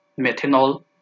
methanol